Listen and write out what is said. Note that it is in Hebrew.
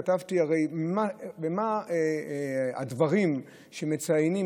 כתבתי מה הדברים שמציינים,